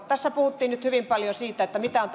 tässä puhuttiin nyt hyvin paljon siitä mitä on